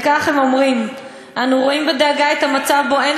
וכך הם אומרים: אנו רואים בדאגה את המצב שבו אין